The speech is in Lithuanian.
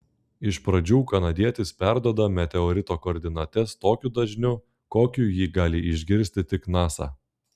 iš pradžių kanadietis perduoda meteorito koordinates tokiu dažniu kokiu jį gali išgirsti tik nasa